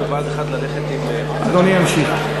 אדוני ימשיך.